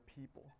people